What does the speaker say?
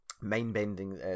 mind-bending